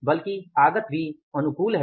बल्कि आगत बी अनुकूल है